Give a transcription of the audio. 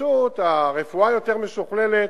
פשוט הרפואה יותר משוכללת